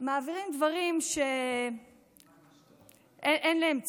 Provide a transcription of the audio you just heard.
מעבירים דברים שאין להם צורה.